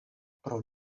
pro